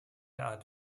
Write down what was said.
art